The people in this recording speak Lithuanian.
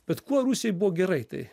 bet kuo rusijai buvo gerai tai